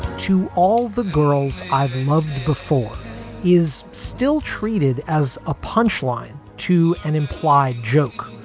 to all the girls i've loved before is still treated as a punchline to an implied joke.